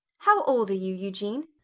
how old are you, eugene?